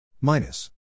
Minus